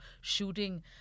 shooting